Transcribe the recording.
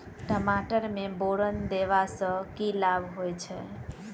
टमाटर मे बोरन देबा सँ की लाभ होइ छैय?